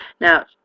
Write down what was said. Now